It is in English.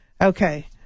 Okay